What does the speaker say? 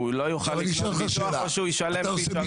שהוא לא יוכל לרכוש ביטוח או שהוא ישלם פי שלושה.